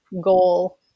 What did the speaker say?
goal